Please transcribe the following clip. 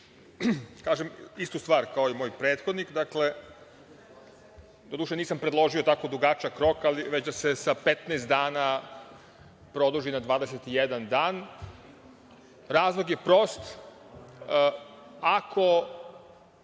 kažem istu stvar kao i moj prethodnik. Dakle, doduše, nisam predložio tako dugačak rok, ali već da se sa 15 dana produži na 21 dan. Razlog je prost. Ako